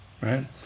Right